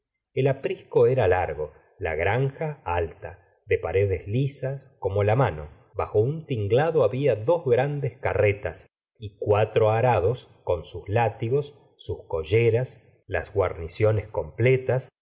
el aprisco era largo la granja alta de paredes lisas como la mano bajo un tinglado había dos grandes carretas y cuatro arados con sus látigos sus colleras las guarniciones completas